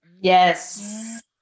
Yes